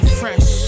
fresh